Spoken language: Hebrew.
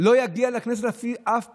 לא יגיע לכנסת אף פעם,